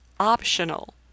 optional